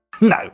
no